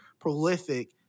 prolific